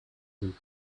sind